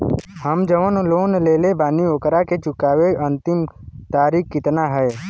हम जवन लोन लेले बानी ओकरा के चुकावे अंतिम तारीख कितना हैं?